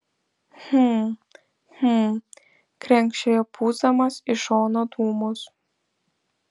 hm hm krenkščiojo pūsdamas į šoną dūmus